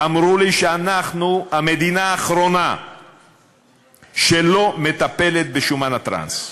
אמרו לי שאנחנו המדינה האחרונה שלא מטפלת בשומן הטראנס.